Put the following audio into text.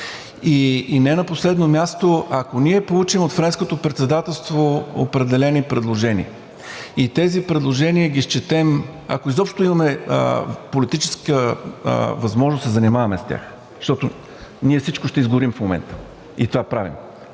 И не на последно място, ако ние получим от Френското председателство определени предложения и тези предложения ги счетем, ако изобщо имаме политическа възможност да се занимаваме с тях, защото ние всичко ще изгорим в момента, и това правим.